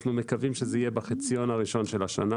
אנחנו מקווים שזה יהיה בחציון הראשון של השנה.